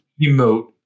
emote